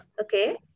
okay